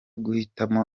guhitamo